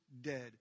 dead